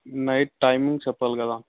night timing చెప్పలి కదా